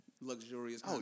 luxurious